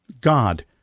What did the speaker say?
God